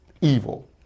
evil